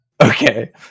Okay